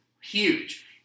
huge